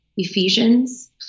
Ephesians